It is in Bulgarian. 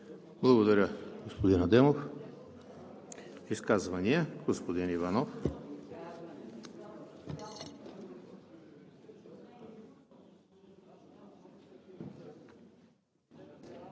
Благодаря, господин Адемов. Изказвания? Господин Иванов.